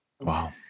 Wow